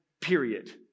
period